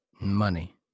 Money